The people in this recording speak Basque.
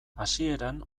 hasieran